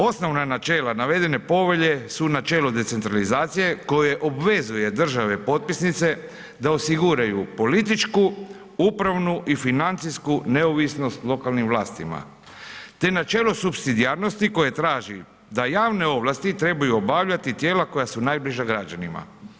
Osnovna načela navedene povelje su načelo decentralizacije, koje obvezuje države potpisnice da osiguraju političku, upravni i financijsku neovisnost lokalnim vlastima te načelo supsidijarnosti koje traži da javne ovlasti trebaju obavljati tijela koja su najbliža građanima.